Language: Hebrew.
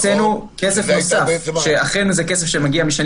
הקצנו כסף נוסף שאכן זה כסף שמגיע משנים